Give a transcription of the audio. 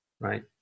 right